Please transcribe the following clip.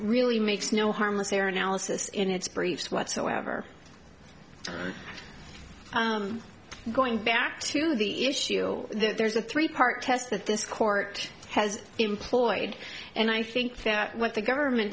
really makes no harmless error analysis in its briefs whatsoever going back to the issue there's a three part test that this court has employed and i think that what the government